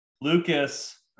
Lucas